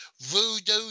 voodoo